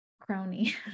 crony